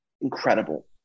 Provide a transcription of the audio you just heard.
incredible